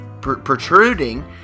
protruding